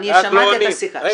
ואז לא עונים.